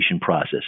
process